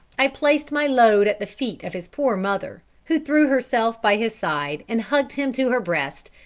i placed my load at the feet of his poor mother, who threw herself by his side and hugged him to her breast,